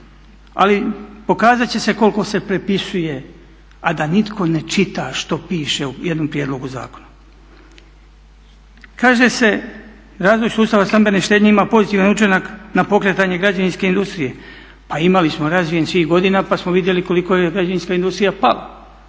ali pokazat će se koliko se prepisuje, a da nitko ne čita što piše u jednom prijedlogu zakona. Kaže se, razvoj sustava stambene štednje ima pozitivan učinak na pokretanje građevinske industrije, pa imali smo razvijen svih godina pa smo vidjeli koliko je građevinska industrija pala.